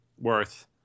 Worth